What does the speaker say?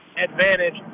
advantage